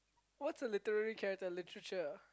what's a literary character literature